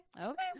okay